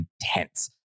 intense